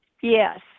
Yes